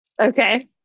Okay